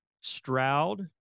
Stroud